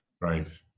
Right